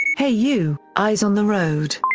hey, you. eyes on the road.